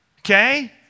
Okay